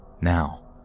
Now